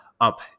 up